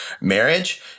marriage